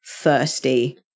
thirsty